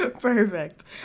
Perfect